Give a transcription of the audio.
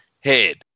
head